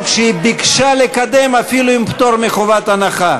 שהיא ביקשה לקדם אפילו עם פטור מחובת הנחה?